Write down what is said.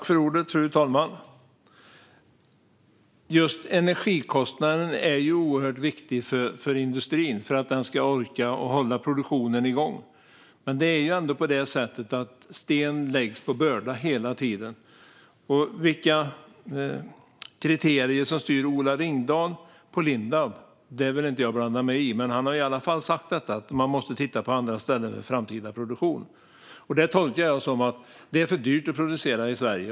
Fru talman! Just energikostnaden är oerhört viktig för att industrin ska orka hålla produktionen igång. Men det är ändå på det sättet att sten läggs på börda hela tiden. Vilka kriterier som styr Ola Ringdahl på Lindab vill jag inte blanda mig i. Men han har i varje fall sagt att man måste titta på andra ställen för framtida produktion. Det tolkar jag som att det är för dyrt att producera i Sverige.